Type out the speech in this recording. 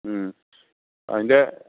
മ് അതിന്റെ